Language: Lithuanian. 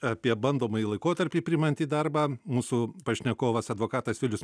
apie bandomąjį laikotarpį priimant į darbą mūsų pašnekovas advokatas vilius